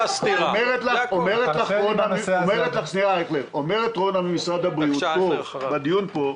רונה ממשרד הבריאות אומרת פה בדיון,